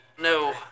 No